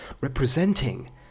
representing